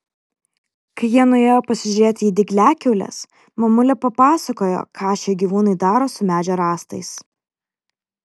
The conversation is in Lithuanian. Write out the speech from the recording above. kai jie nuėjo pasižiūrėti į dygliakiaules mamulė papasakojo ką šie gyvūnai daro su medžio rąstais